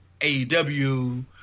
AEW